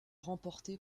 remporté